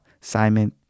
Simon